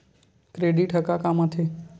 Credit ह का काम आथे?